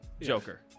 Joker